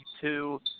two